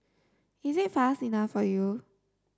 is it fast enough for you